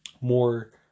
more